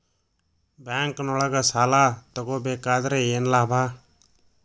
ಬ್ಯಾಂಕ್ನೊಳಗ್ ಸಾಲ ತಗೊಬೇಕಾದ್ರೆ ಏನ್ ಲಾಭ?